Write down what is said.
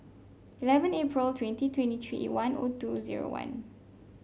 eleven April twenty twenty three zero O two zero one